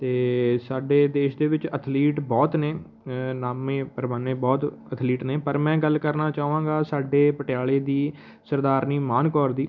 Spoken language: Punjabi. ਅਤੇ ਸਾਡੇ ਦੇਸ਼ ਦੇ ਵਿੱਚ ਅਥਲੀਟ ਬਹੁਤ ਨੇ ਨਾਮੇ ਪਰਵਾਨੇ ਬਹੁਤ ਅਥਲੀਟ ਨੇ ਪਰ ਮੈਂ ਗੱਲ ਕਰਨਾ ਚਾਹਾਂਗਾ ਸਾਡੇ ਪਟਿਆਲਾ ਦੀ ਸਰਦਾਰਨੀ ਮਾਨ ਕੌਰ ਦੀ